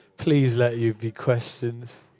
please let you be questions.